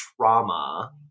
trauma